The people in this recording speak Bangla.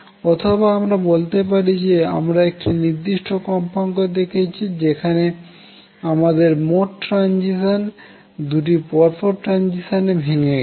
অথবা আমরা বলতে পারি যে আমরা একটি নির্দিষ্ট কম্পাঙ্ক দেখেছি যেখানে আমাদের মোট ট্রাঞ্জিশান দুটি পরপর ট্রাঞ্জিশানে ভেঙ্গে গেছে